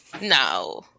No